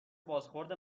بازخورد